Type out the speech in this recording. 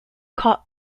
caught